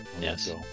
Yes